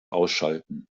ausschalten